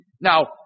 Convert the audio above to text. Now